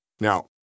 Now